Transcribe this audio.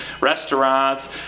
restaurants